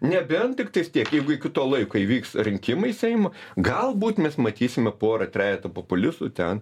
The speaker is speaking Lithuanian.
nebent tiktais tiek jeigu iki to laiko įvyks rinkimai seimo galbūt mes matysime porą trejetą populistų ten